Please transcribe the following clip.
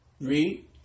Read